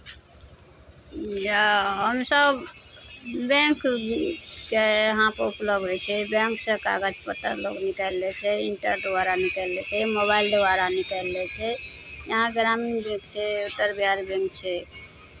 इएह हम सभ बैंकके यहाँ पर उपलब्ध होइ छै बैंकसँ कागज पत्तर लोक निकालि लै छै इन्टर द्वारा निकालि लै छै मोबाइल द्वारा निकालि लै छै यहाँ ग्रामीण बैंक छै उत्तर बिहार बैंक छै